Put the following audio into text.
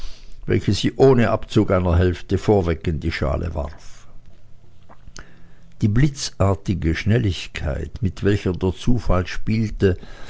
welche sie ohne abzug einer hälfte vorweg in die schale warf die blitzartige schnelligkeit mit welcher der zufall spielte